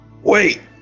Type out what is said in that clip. Wait